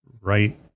right